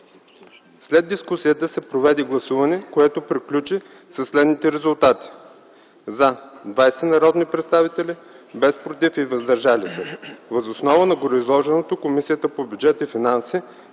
След дискусията се проведе гласуване, което приключи със следните резултати: „за” 20 народни представители, „против” и „въздържали се” няма. Въз основа на гореизложеното Комисията по бюджет и финанси